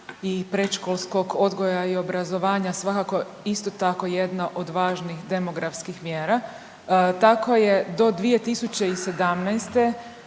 i predškolskog odgoja i obrazovanja svakako isto tako jedna od važnih demografskih mjera. Tako je do 2017.